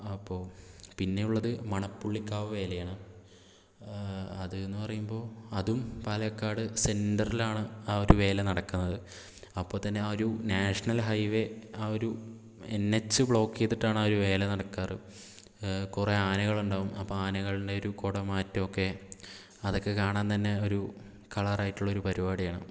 അപ്പോൾ പിന്നെയുള്ളത് മണപ്പുള്ളിക്കാവ് വേലയാണ് അതെന്ന് പറയുമ്പോൾ അതും പാലക്കാട് സെൻറ്ററിലാണ് ആ ഒരു വേല നടക്കുന്നത് അപ്പോൾ തന്നെ ആ ഒരു നാഷണൽ ഹൈവേ ആ ഒരു എൻ എച്ച് ബ്ലോക്ക് ചെയ്തിട്ടാണ് ആ ഒരു വേല നടക്കാറ് കുറേ ആനകളുണ്ടാകും അപ്പോൾ ആനകളുടെ ഒരു കുട മാറ്റമൊക്കെ അതൊക്കെ കാണാൻ തന്നെ ഒരു കളറായിട്ടുള്ളൊരു പരിപാടിയാണ്